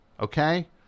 Okay